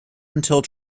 until